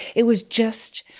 it was just,